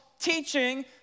teaching